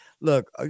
look